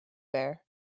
bear